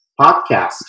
Podcast